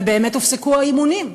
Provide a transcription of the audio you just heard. ובאמת הופסקו האימונים.